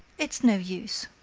it's no use.